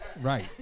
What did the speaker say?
Right